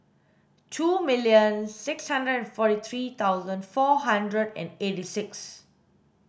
two million six hundred and forty three thousand four hundred and eighty six